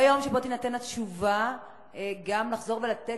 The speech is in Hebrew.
ביום שבו תינתן התשובה, גם לחזור ולתת